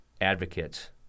advocates